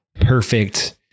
perfect